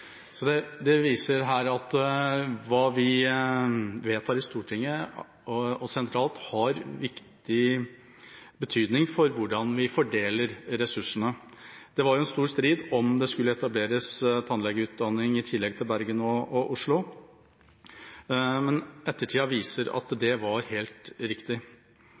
Det viser at hva vi vedtar i Stortinget og sentralt, er av stor betydning for hvordan vi fordeler ressursene. Det var en stor strid om det skulle etableres en tannlegeutdanning i tillegg til i Bergen og Oslo, men ettertida viser at det var helt riktig.